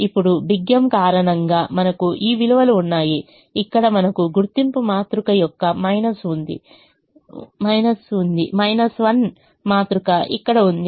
ఇప్పుడు పెద్ద M కారణంగా మనకు ఈ విలువలు ఉన్నాయి ఇక్కడ మనకు గుర్తింపు మాతృక యొక్క మైనస్ ఉంది I మాతృక ఇక్కడ ఉంది